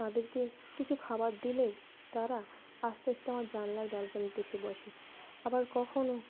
তাদেরকে কিছু খাবার দিলেই তারা আস্তে আস্তে আমার জানলার ব্যালকনিতে এসে বসে আবার কখনও